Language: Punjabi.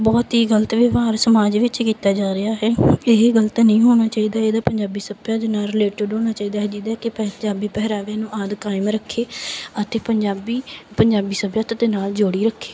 ਬਹੁਤ ਹੀ ਗਲਤ ਵਿਵਹਾਰ ਸਮਾਜ ਵਿੱਚ ਕੀਤਾ ਜਾ ਰਿਹਾ ਹੈ ਇਹ ਗਲਤ ਨਹੀਂ ਹੋਣਾ ਚਾਹੀਦਾ ਇਹਦਾ ਪੰਜਾਬੀ ਸੱਭਿਆਚਾਰ ਨਾਲ ਰਿਲੇਟਡ ਹੋਣਾ ਚਾਹੀਦਾ ਹੈ ਜਿਹੜਾ ਕਿ ਪੰਜਾਬੀ ਪਹਿਰਾਵੇ ਨੂੰ ਆਦਿ ਕਾਇਮ ਰੱਖੇ ਅਤੇ ਪੰਜਾਬੀ ਪੰਜਾਬੀ ਸਭਿਅਤਾ ਦੇ ਨਾਲ ਜੋੜੀ ਰੱਖੇ